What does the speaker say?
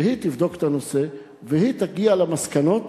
שהיא תבדוק את הנושא ותגיע למסקנות